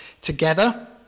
together